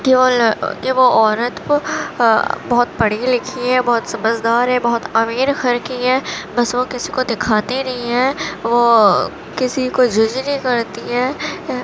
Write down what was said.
کہ وہ وہ عورت بہت پڑھی لکھی ہے بہت سمجھدار ہے بہت امیر گھر کی ہے بس وہ کسی کو دکھاتی نہیں ہے وہ کسی کو نہیں کرتی ہے